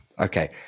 Okay